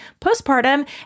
Postpartum